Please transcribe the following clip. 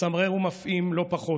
מצמרר ומפעים לא פחות.